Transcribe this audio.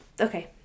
Okay